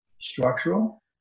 structural